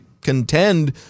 contend